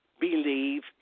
believe